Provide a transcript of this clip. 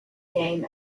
game